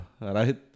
right